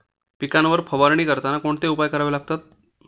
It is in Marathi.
पिकांवर फवारणी करताना कोणते उपाय करावे लागतात?